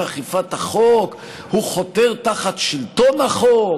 אכיפת החוק הוא חותר תחת שלטון החוק